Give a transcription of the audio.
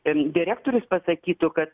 ir direktorius pasakytų kad